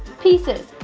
pieces,